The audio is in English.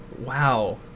wow